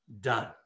done